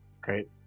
Great